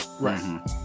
Right